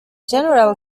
general